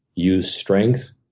use strength,